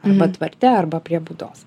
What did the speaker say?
arba tvarte arba prie būdos